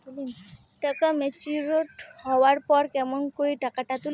টাকা ম্যাচিওরড হবার পর কেমন করি টাকাটা তুলিম?